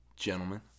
Gentlemen